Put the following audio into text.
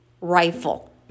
rifle